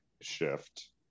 shift